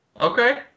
Okay